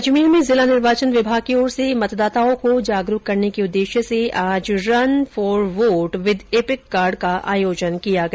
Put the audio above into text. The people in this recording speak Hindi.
अजमेर में जिला निर्वाचन विभाग की ओर से मतदाताओं को जागरूक करने के उद्देश्य से आज run for vote with EPIC card का आयोजन किया गया